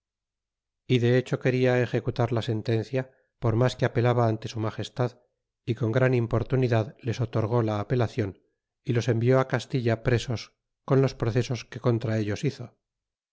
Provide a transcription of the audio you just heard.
y de hecho queda executar la sentencia por mas que apelaba ante su magestad y con gran importunidad les otorgó la apelacion y los envió castilla presos con los procesos que contra ellos hizo